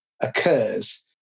occurs